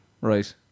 Right